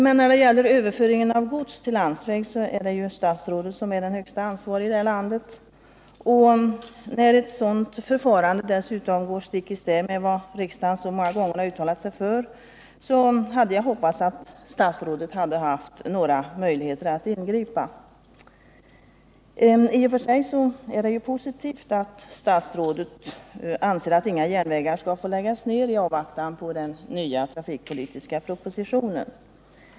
Men när det gäller överföringen av godstransporter till landsväg är det ju statsrådet som är den högste ansvarige i landet, och när ett sådant förfarande dessutom går stick i stäv med vad riksdagen många gånger har uttalat sig för, hade jag hoppats att statsrådet skulle ha några möjligheter att ingripa. I ocl. för sig är det positivt att statsrådet anser att inga järnvägar skall få läggas ned i avvaktan på den nya trafikpolitiska propositionen.